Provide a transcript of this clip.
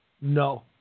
No